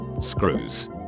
screws